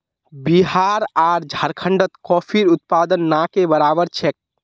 बिहार आर झारखंडत कॉफीर उत्पादन ना के बराबर छेक